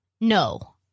No